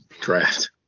draft